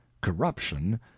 corruption